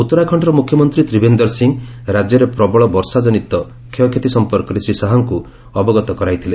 ଉତ୍ତରାଖଣ୍ଡର ମୁଖ୍ୟମନ୍ତ୍ରୀ ତ୍ରିଭେନ୍ଦର ସିଂହ ରାଜ୍ୟରେ ପ୍ରବଳ ବର୍ଷା କନିତ କ୍ଷୟକ୍ଷତି ସମ୍ପର୍କରେ ଶ୍ରୀ ଶାହାଙ୍କୁ ଅବଗତ କରାଇଥିଲେ